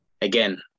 again